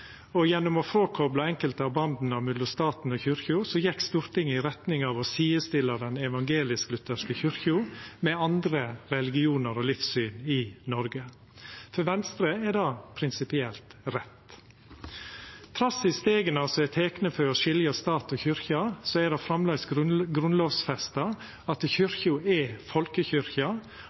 Gjennom å fråkopla enkelte av banda mellom staten og kyrkja gjekk Stortinget i retning av å sidestilla den evangelisk-lutherske kyrkja med andre religionar og livssyn i Noreg. For Venstre er det prinsipielt rett. Trass i stega som er tekne for å skilja stat og kyrkje, er det framleis grunnlovfesta at kyrkja er